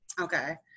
Okay